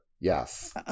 yes